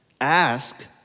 Ask